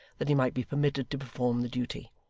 that he might be permitted to perform the duty.